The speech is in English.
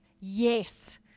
yes